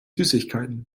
süßigkeiten